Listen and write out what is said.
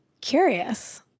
curious